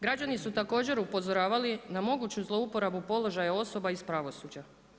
Građani su također upozoravali na moguću zlouporabu položaja osoba iz pravosuđa.